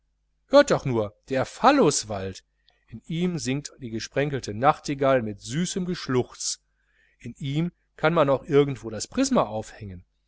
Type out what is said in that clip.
hört doch nur der phalluswald in ihm singt die gesprenkelte nachtigall mit süßem geschluchz in ihm auch kann man irgendwo das prisma aufhängen